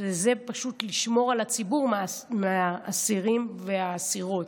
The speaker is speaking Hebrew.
שזה פשוט לשמור על הציבור מהאסירים והאסירות.